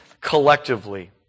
collectively